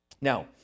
Now